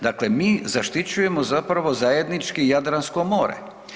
Dakle mi zaštićujemo zapravo zajednički Jadransko more.